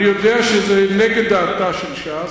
אני יודע שזה נגד דעתה של ש"ס,